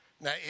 now